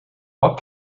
what